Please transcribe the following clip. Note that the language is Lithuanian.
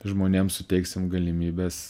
žmonėm suteiksim galimybes